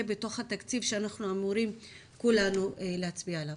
בתוך התקציב שאנחנו אמורים כולנו להצביע עליו.